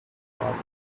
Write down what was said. proverbs